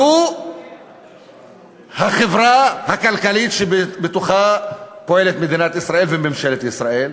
זו החברה הכלכלית שבתוכה פועלת מדינת ישראל וממשלת ישראל.